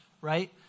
right